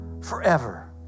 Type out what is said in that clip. forever